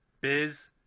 Biz-